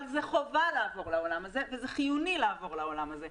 אבל זאת חובה לעבור לעולם הזה וזה חיוני לעבור לעולם הזה.